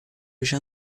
hoje